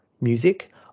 music